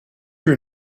your